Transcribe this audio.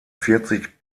vierzig